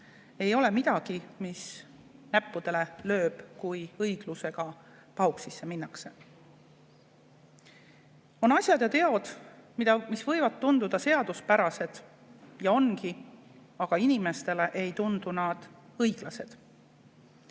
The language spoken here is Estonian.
Ei ole midagi, mis näppudele lööks, kui õiglusega pahuksisse minnakse. On asjad ja teod, mis võivad tunduda seaduspärased ja ongi, aga inimestele ei tundu nad õiglased.